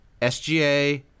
SGA